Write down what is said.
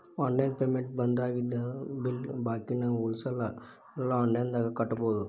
online payment ಬಂದಾಗಿಂದ bill ಬಾಕಿನ ಉಳಸಲ್ಲ ಎಲ್ಲಾ ಆನ್ಲೈನ್ದಾಗ ಕಟ್ಟೋದು